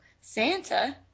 Santa